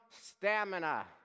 stamina